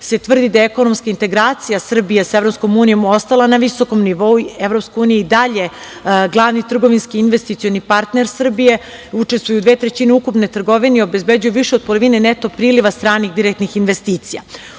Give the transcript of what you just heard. tvrdi da je integracija Srbije sa EU ostala na visokom nivou. Evropska unija je i dalji trgovinski i investicioni partner Srbije, učestvuju u 2/3 ukupne trgovine i obezbeđuju više od polovine neto priliva stranih direktnih investicija.